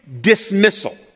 dismissal